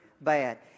bad